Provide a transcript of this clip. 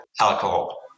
alcohol